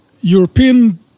European